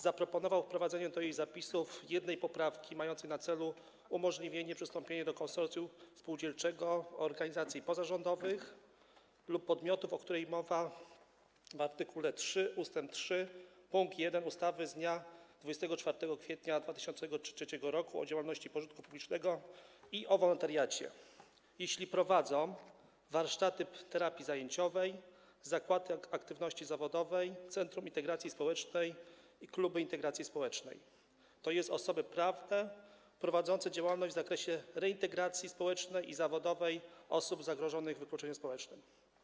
Zaproponował wprowadzenie do jej zapisów jednej poprawki mającej na celu umożliwienie przystąpienia do konsorcjum spółdzielczego organizacji pozarządowych lub podmiotów, o którym mowa w art. 3 ust. 3 pkt 1 ustawy z dnia 24 kwietnia 2003 r. o działalności pożytku publicznego i o wolontariacie, jeśli prowadzą: warsztaty terapii zajęciowej, zakłady aktywności zawodowej, centrum integracji społecznej, kluby integracji społecznej, chodzi o osoby prawne prowadzące działalność w zakresie reintegracji społecznej i zawodowej osób zagrożonych wykluczeniem społecznym.